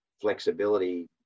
flexibility